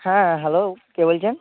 হ্যাঁ হ্যালো কে বলছেন